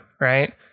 right